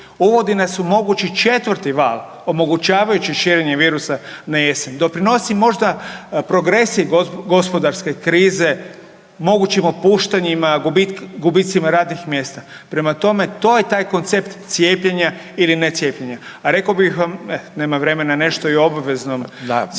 Ovo di nas omogući 4 val omogućavajući širenje virusa na jesen doprinosi možda progresiji gospodarske krize, mogućim otpuštanjima, gubicima radnih mjesta. Prema tome, to je taj koncept cijepljenja ili ne cijepljenja. A rekao bih vam, nemam vremena, nešto i o obveznom cijepljenju